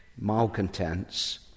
malcontents